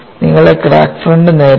നിങ്ങളുടെ crack front നേരെയാണ്